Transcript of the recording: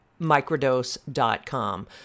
microdose.com